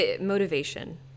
motivation